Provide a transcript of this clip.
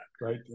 right